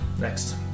Next